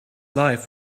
life